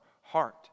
heart